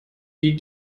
die